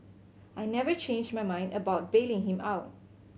I never changed my mind about bailing him out